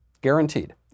guaranteed